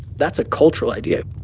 that's a cultural idea.